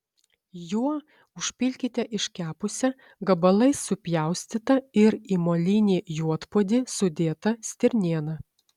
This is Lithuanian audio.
juo užpilkite iškepusią gabalais supjaustytą ir į molinį juodpuodį sudėtą stirnieną